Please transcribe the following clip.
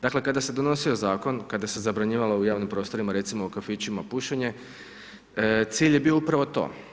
Dakle, kada se je donosio zakon, kada se je zabranjivalo u javnim prostorima, recimo u kafićima pušenje, cilj je bio upravo to.